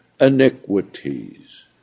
iniquities